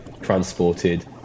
transported